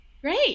Great